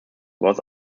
was